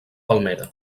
palmera